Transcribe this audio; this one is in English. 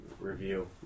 review